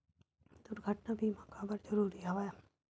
दुर्घटना बीमा काबर जरूरी हवय?